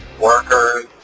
workers